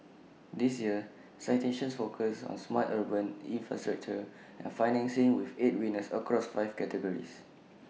this year's citations focus on smart urban infrastructure and financing with eight winners across five categories